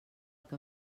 que